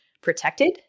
protected